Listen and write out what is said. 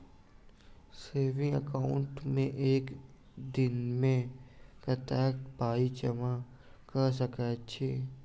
Saving account मे एक दिनमे कतेक पाई जमा कऽ सकैत छी?